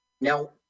Now